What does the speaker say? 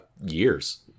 years